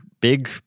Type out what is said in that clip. big